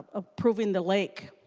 improving the lake.